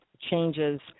changes